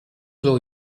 blow